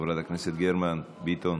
חברת הכנסת גרמן, ביטון,